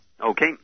Okay